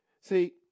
See